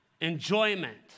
enjoyment